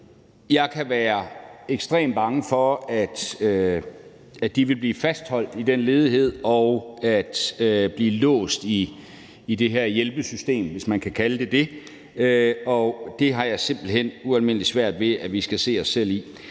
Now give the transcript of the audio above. Jeg kan være ekstremt bange for, at de vil blive fastholdt i den ledighed og blive låst i det her hjælpesystem, hvis man kan kalde det det, og det har jeg simpelt hen ualmindelig svært ved at vi skal se os selv i.